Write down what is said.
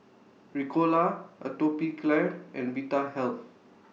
Ricola Atopiclair and Vitahealth